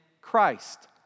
Christ